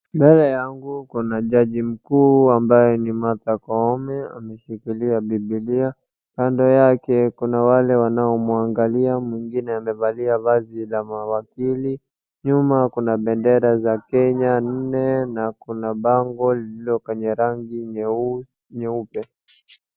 Mbele yangu kuna jaji mkuu ambaye ni Martha Koome ameshikilia bibilia. Kando yake kuna wale wanao mwangalia mwingine amevalia vazi za mawakili nyuma kuna bendera za kenya nne na kuna bango lililo kwenye rangi nyeupe.